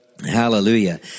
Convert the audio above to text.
Hallelujah